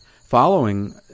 Following